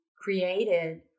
created